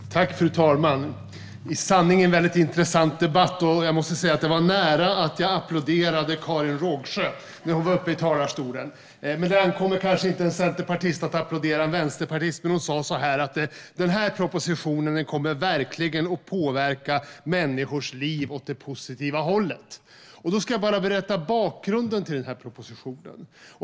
Fru talman! Detta är i sanning en väldigt intressant debatt, och jag måste säga att det var nära att jag applåderade Karin Rågsjö när hon var uppe i talarstolen. Det ankommer kanske inte en centerpartist att applådera en vänsterpartist. Men hon sa så här: Den här propositionen kommer verkligen att påverka människors liv åt det positiva hållet. Låt mig berätta om bakgrunden till propositionen.